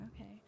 Okay